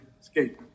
escape